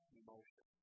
emotion